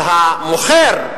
המוכר,